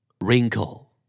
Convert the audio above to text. Wrinkle